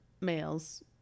males